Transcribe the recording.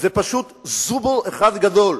זה פשוט זובור אחד גדול.